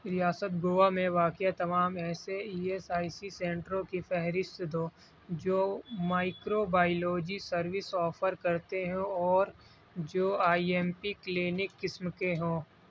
ریاست گوا میں واکع تمام ایسے ای ایس آئی سی سینٹروں کی فہرست دو جو مائکرو بایولوجی سروس آفر کرتے ہوں اور جو آئی ایم پی کلینک قسم کے ہوں